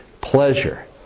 pleasure